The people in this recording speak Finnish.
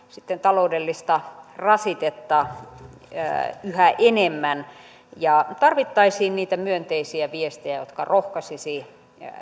sitten aiheuttaa taloudellista rasitetta yhä enemmän tarvittaisiin myönteisiä viestejä jotka rohkaisisivat